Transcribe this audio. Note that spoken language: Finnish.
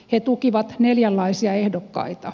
he tukivat neljänlaisia ehdokkaita